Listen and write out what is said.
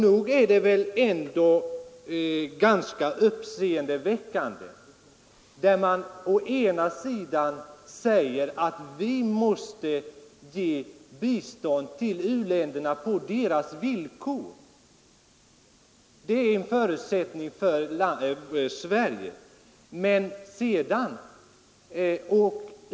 Nog är det väl ändå ganska uppseendeväckande när man å ena sidan säger att det är en förutsättning för Sverige att vi ger bistånd till u-länderna på deras egna villkor och å andra sidan sviker detta.